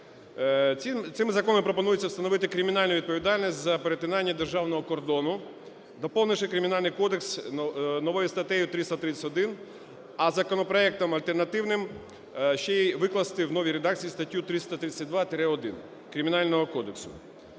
Цим законом пропонується встановити кримінальну відповідальність за перетинання державного кордону, доповнивши Кримінальний кодекс новою статтею 331, а законопроектом альтернативним – ще й викласти в новій редакції статтю 332-1 Кримінального кодексу.